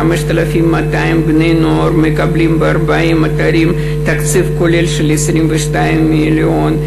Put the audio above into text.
5,200 בני נוער מקבלים ב-40 אתרים בתקציב כולל של 22 מיליון.